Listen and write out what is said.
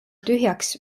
tühjaks